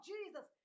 Jesus